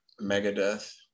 Megadeth